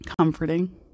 comforting